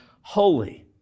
Holy